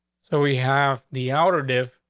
so we have the outer def.